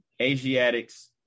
Asiatics